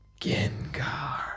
Gengar